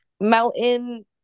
mountain